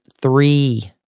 three